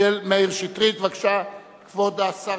תודה רבה.